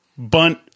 bunt